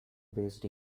based